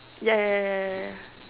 ya ya ya ya ya